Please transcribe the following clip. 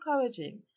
encouraging